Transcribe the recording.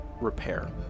Repair